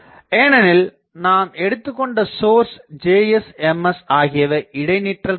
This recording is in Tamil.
ஏனெனில் நாம் எடுத்துக்கொண்ட சோர்ஸ் Js Ms ஆகியவை இடைநிற்றல் கொண்டது